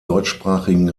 deutschsprachigen